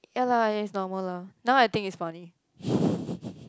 ya lah it's normal lah now I think it's funny